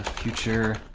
future